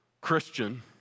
Christian